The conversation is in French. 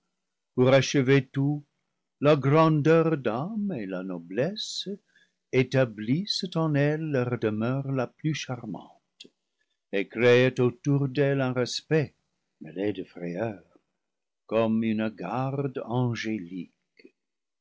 pour achever tout la grandeur d'âme et la noblesse établissent en elle leur demeure la plus charmante et créent autour d'elle un respect mêlé de frayeur comme une garde angélique